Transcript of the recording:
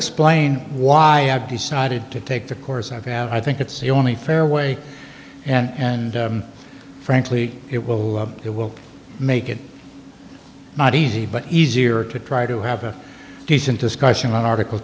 explain why i've decided to take the course i've had i think it's the only fair way and frankly it will it will make it not easy but easier to try to have a decent discussion on article